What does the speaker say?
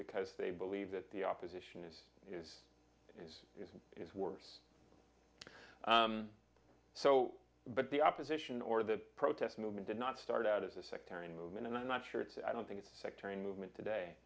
because they believe that the opposition is is is worse so but the opposition or the protest movement did not start out as a sectarian movement and i'm not sure it's i don't think it's a sectarian movement today